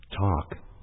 talk